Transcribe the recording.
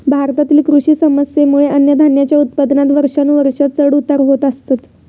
भारतातील कृषी समस्येंमुळे अन्नधान्याच्या उत्पादनात वर्षानुवर्षा चढ उतार होत असतत